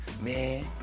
man